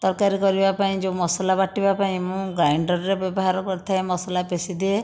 ତାରକାରୀ କରିବା ପାଇଁ ଯେଉଁ ମସାଲା ବଟିବା ପାଇଁ ମୁଁ ଗ୍ରାଇଣ୍ଡରରେ ବ୍ୟବହାର କରିଥାଏ ମସଲା ପେଷିଦିଏ